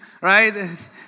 Right